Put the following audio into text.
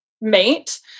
mate